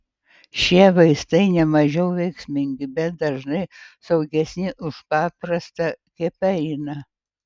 šie vaistai nemažiau veiksmingi bet dažnai saugesni už paprastą hepariną